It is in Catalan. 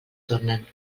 tornen